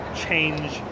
change